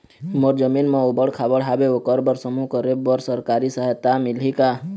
मोर जमीन म ऊबड़ खाबड़ हावे ओकर बर समूह करे बर सरकारी सहायता मिलही का?